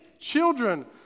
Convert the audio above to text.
Children